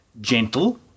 gentle